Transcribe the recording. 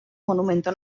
monumento